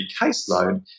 caseload